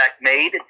made